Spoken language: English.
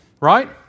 right